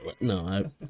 no